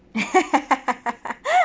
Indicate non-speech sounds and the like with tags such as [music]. [laughs]